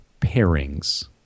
pairings